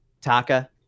Taka